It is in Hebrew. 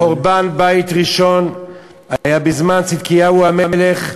שחורבן בית ראשון היה בזמן צדקיהו המלך,